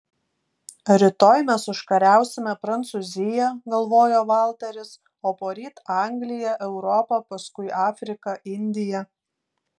rytoj mes užkariausime prancūziją galvojo valteris o poryt angliją europą paskui afriką indiją